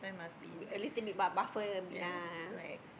a little bit buffer a bit lah